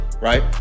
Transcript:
right